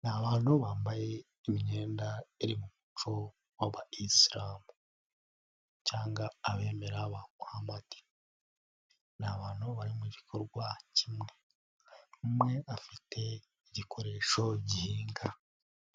ni abantu bambaye imyenda iri mu muco w'aba Islam cyangwa abemera ba Muhammad, ni abantu bari mu gikorwa kimwe umwe afite igikoresho gihinga.